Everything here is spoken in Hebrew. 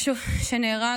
משפחה